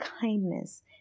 kindness